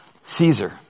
Caesar